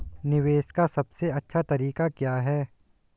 निवेश का सबसे अच्छा तरीका क्या है?